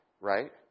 right